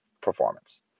performance